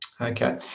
Okay